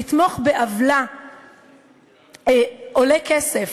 לתמוך בעולה עולה כסף,